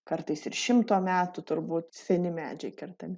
kartais ir šimto metų turbūt seni medžiai kertami